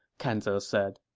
kan ze said.